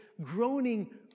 groaning